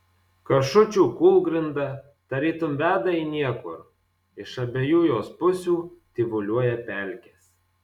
kašučių kūlgrinda tarytum veda į niekur iš abiejų jos pusių tyvuliuoja pelkės